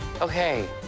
Okay